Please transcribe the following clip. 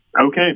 Okay